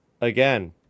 again